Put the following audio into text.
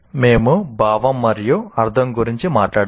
మేము భావం మరియు అర్ధం గురించి మాట్లాడాము